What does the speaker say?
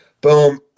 Boom